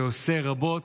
שעושה רבות,